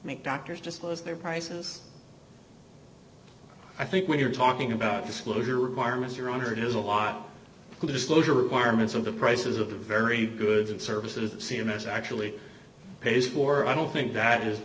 make doctors just close their prices i think when you're talking about disclosure requirements your honor it is a lot disclosure requirements of the prices of the very goods and services c m s actually pays for i don't think that is